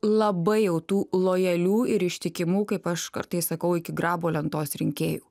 labai jau tų lojalių ir ištikimų kaip aš kartais sakau iki grabo lentos rinkėjų